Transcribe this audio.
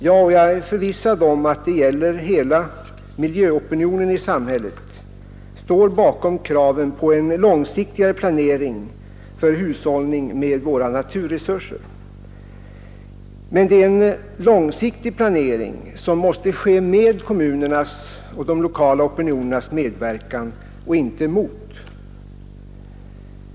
Jag — och jag är förvissad om att det gäller hela miljöopinionen i samhället — står bakom kraven på en långsiktigare planering för hushållning med våra naturresurser. Men det är en långsiktig planering som måste ske med kommunernas och de lokala opinionernas medverkan och inte mot.